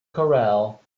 corral